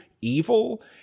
evil